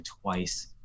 twice